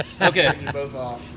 Okay